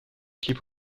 clip